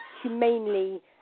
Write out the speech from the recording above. humanely